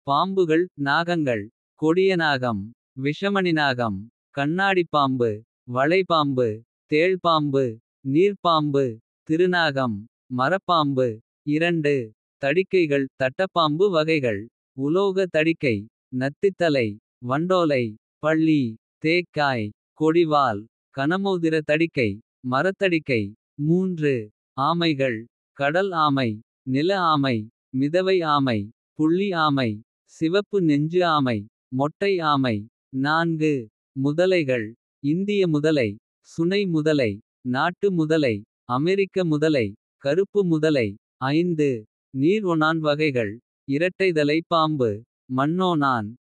பருமன்கள் பல வகைகளில் காணப்படுகின்றன. பாம்பு என்பது மிகவும் பரவலாக காணப்படும் ஒரு வகை. அதில் நாகம், காம்பு பாம்பு பச்சிலி பாம்பு எலுமிச்சை பாம்பு. பறக்கின்ற பாம்பு போன்றவை அடங்கும். கடற்றச்சி மற்றும் கண்டு போன்ற பன்றி வகைகள். நீருக்குள் வாழ்கின்றன தவளை தவளைகள். செருப்பு மற்றும் ஆற்றாமை போன்றவை தட்டுப் பூமியில். அல்லது காட்டுகளில் காணப்படும் கடின மூட்டுகளைக். கொண்டவை முக்காலி பசுபதி மற்றும் ஜெர்னி பாம்பு. போன்ற வகைகள் பூமியில் அல்லது மரத்தில் காணப்படுகின்றன. அலைக்குஞ்சி மற்றும் போன்ற சில பருமன்கள். சிறிது மிகுந்த திறனுடன் இயங்குகின்றன. இந்த பருமன்கள் இயற்கையில் முக்கியமான பங்கு வகிக்கின்றன. அவை எக்சென்று சிறந்த பசிக்கணிகள் மற்றும். உயிரியல் அலகுகளாக உள்ளன.